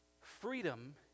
freedom